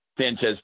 Sanchez